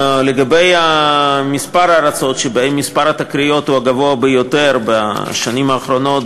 לגבי הארצות שבהן מספר התקריות הוא הגבוה ביותר בשנים האחרונות,